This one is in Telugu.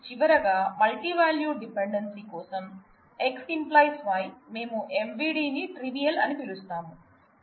చివరగా మల్టీవాల్యూడ్ డిపెండెన్సీ కోసం X → Y మేము MVD ను ట్రివియల్ అని పిలుస్తాము